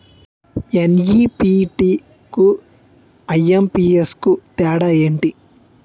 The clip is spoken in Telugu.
ఎన్.ఈ.ఎఫ్.టి కు ఐ.ఎం.పి.ఎస్ కు తేడా ఎంటి?